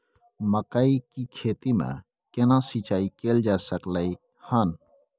मकई की खेती में केना सिंचाई कैल जा सकलय हन?